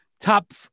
top